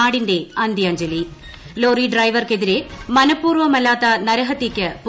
നാടിന്റെ അന്ത്യാഞ്ജലി ലോറി ഡ്രൈവർക്കെതിരെ മനപ്പൂർവ്വമല്ലാത്ത നരഹത്യയ്ക്ക് കേസെടുത്തു